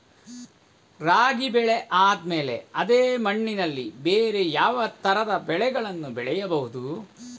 ರಾಗಿ ಬೆಳೆ ಆದ್ಮೇಲೆ ಅದೇ ಮಣ್ಣಲ್ಲಿ ಬೇರೆ ಯಾವ ತರದ ಬೆಳೆಗಳನ್ನು ಬೆಳೆಯಬಹುದು?